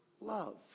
love